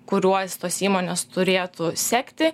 kuriuos tos įmonės turėtų sekti